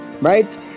right